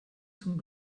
zum